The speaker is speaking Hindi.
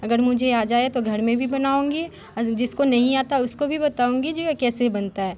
अगर मुझे आ जाए तो घर में भी बनाऊँगी जिसको नहीं आता उसको भी बताऊँगी जो ये कैसे बनता है